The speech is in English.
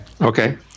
Okay